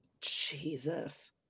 Jesus